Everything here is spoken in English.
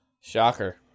Shocker